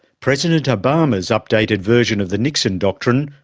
president obama's updated version of the nixon doctrine,